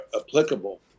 applicable